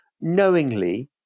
knowingly